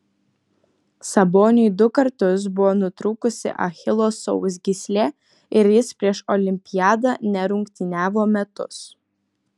saboniui du kartus buvo nutrūkusi achilo sausgyslė ir jis prieš olimpiadą nerungtyniavo metus